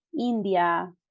India